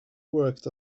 worked